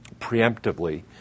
preemptively